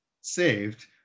saved